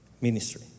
ministry